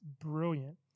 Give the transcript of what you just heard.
brilliant